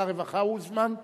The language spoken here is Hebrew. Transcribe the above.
כשר הרווחה הוא הוזמן?